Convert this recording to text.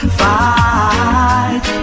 fight